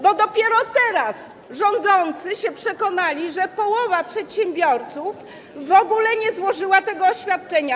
Bo dopiero teraz rządzący się przekonali, że połowa przedsiębiorców w ogóle nie złożyła tych oświadczeń.